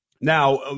now